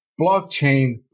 blockchain